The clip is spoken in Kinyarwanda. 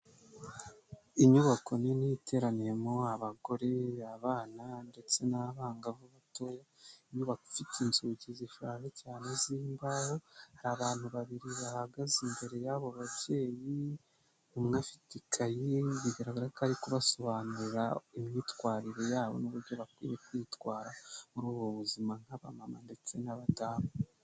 Inyubako nini iteraniyemo abagore, abana, ndetse n'abangavu batoya, inyubako ifite inzugi zishaje cyane z'imbaho, hari abantu babiri bahagaze imbere yabo babyeyi, umwe afite ikayi bigaragara ko ari kubasobanurira imyitwarire yabo n'uburyo bakwiye kwitwara muri ubu buzima nk'abamama ndetse n'abadamu.